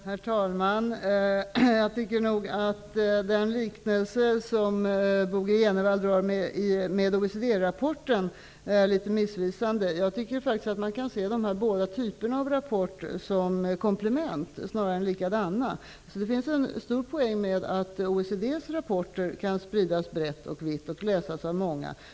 Herr talman! Jag tycker nog att den liknelse Bo G Jenevall gör mellan den här rapporten och OECD rapporten är litet missvisande. Jag tycker faktiskt att man kan se båda de här typerna av rapporter som komplement till varandra, snarare än likadana. Det ligger en poäng i att OECD:s rapporter kan spridas vitt och brett och läsas av många.